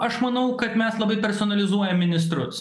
aš manau kad mes labai personalizuojam ministrus